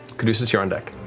caduceus, you're on deck.